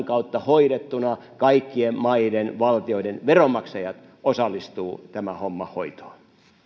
kautta hoidettuna kaikkien maiden valtioiden veronmaksajat osallistuvat tämän homman hoitoon